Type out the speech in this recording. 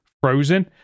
frozen